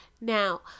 Now